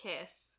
kiss